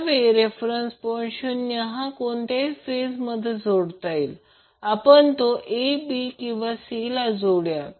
त्यावेळी reference point o हा कोणत्याही फेज मध्ये जोडता येईल आपण तो a b किंवा c ला जोडुया